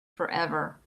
forever